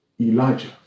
Elijah